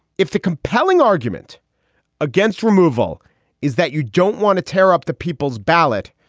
if the compelling argument against removal is that you don't want to tear up the people's ballot,